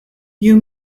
you